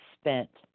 spent